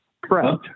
Correct